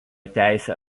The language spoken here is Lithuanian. teisę